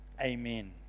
Amen